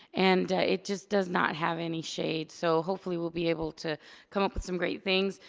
and it just does not have any shade. so hopefully we'll be able to come up with some great things.